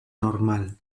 normal